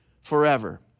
forever